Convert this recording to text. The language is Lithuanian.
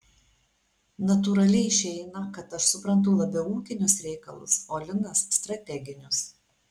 natūraliai išeina kad aš suprantu labiau ūkinius reikalus o linas strateginius